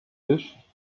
dish